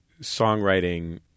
songwriting